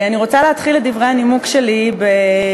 אני רוצה להתחיל את דברי הנימוק שלי בסיפור.